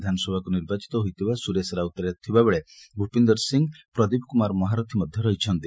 ବିଧାନସଭାକୁ ନିର୍ବାଚିତ ହୋଇଥିବା ସ୍ବରେଶ ରାଉତରାୟ ଥିବା ବେଳେ ଭୂପିନ୍ଦର ସିଂହ ପ୍ରଦୀପ କୁମାର ମହାରଥୀ ରହିଛନ୍ତି